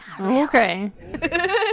Okay